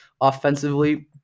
offensively